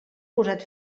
posat